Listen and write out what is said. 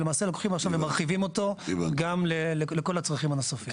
ולמעשה לוקחים עכישו ומרחיבים אותו גם לכל הצרכים הנוספים.